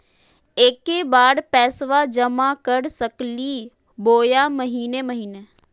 एके बार पैस्बा जमा कर सकली बोया महीने महीने?